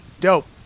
Dope